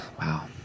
wow